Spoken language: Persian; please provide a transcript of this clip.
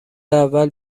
اول